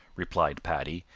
replied paddy,